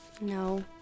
No